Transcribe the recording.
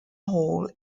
hall